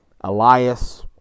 Elias